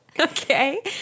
Okay